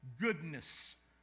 goodness